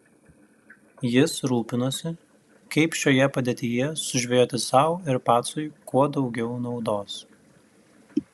jis rūpinosi kaip šioje padėtyje sužvejoti sau ir pacui kuo daugiau naudos